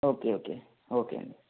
okay okay okay అండి